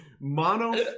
mono